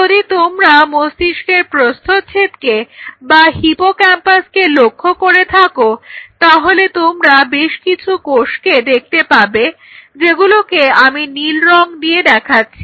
যদি তোমরা মস্তিষ্কের প্রস্থচ্ছেদকে বা হিপোক্যাম্পাসকে লক্ষ্য করে থাকো তাহলে তোমরা বেশকিছু কোষকে দেখতে পাবে যেগুলোকে আমি নীল রঙ দিয়ে দেখাচ্ছি